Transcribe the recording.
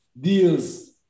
deals